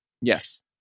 Yes